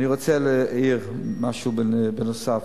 אני רוצה להעיר משהו נוסף,